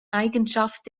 eigenschaft